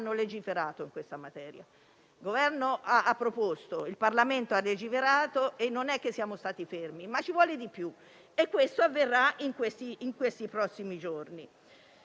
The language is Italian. legiferato in questa materia. Il Governo ha proposto, il Parlamento ha legiferato. Non siamo stati fermi. Ci vuole però di più e questo avverrà nei prossimi giorni.